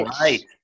right